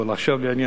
עכשיו לענייננו.